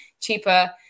cheaper